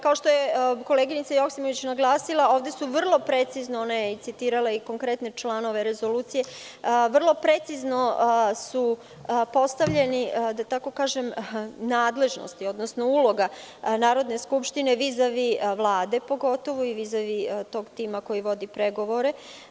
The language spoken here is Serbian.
Kao što je koleginica Joksimović naglasila ovde su vrlo precizno urađene, a ona je citirala i konkretne članove rezolucije, vrlo precizno su postavljene nadležnosti, odnosno uloga Narodne skupštine vizavi Vlade pogotovo tog timakoji vodi pregovore.